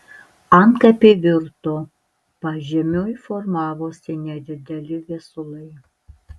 antkapiai virto pažemiui formavosi nedideli viesulai